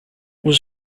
was